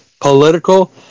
political